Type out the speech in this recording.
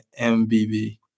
MBB